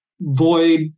void